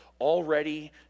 already